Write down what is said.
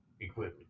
equipment